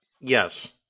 Yes